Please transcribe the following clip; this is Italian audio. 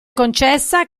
concessa